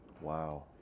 Wow